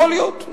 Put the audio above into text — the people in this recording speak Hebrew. יכול להיות,